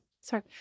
Sorry